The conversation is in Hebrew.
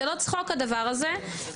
זה לא צחוק הדבר הזה,